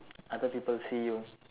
other people see you